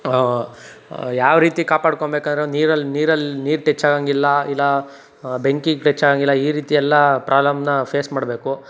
ಯಾವರೀತಿ ಕಾಪಾಡ್ಕೊಂಬೇಕಂದರೆ ನೀರಲ್ಲಿ ನೀರಲ್ಲಿ ನೀರು ಟಚ್ ಆಗಂಗಿಲ್ಲ ಇಲ್ಲಾ ಬೆಂಕಿಗೆ ಟಚ್ ಆಗಂಗಿಲ್ಲ ಈ ರೀತಿ ಎಲ್ಲಾ ಪ್ರಾಬ್ಲಮ್ನ ಫೇಸ್ ಮಾಡಬೇಕು